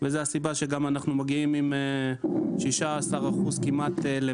כשזאת גם הסיבה שאנחנו מגיעים עם כמעט 16% למאי.